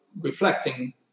reflecting